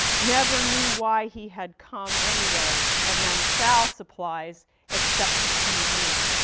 never knew why he had come anyway, and then sal supplies except to see me,